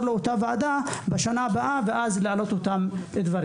בשנה הבאה לאותה ועדה ולהעלות את אותם הדברים.